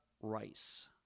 Rice